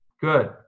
Good